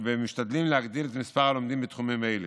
והם משתדלים להגדיל את מספר הלומדים בתחומים אלה.